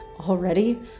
Already